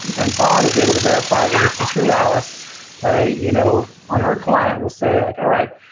and bob is able to verify that it's the true alice by you know on her client will say like, all right,